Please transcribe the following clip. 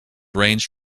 ranged